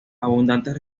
abundantes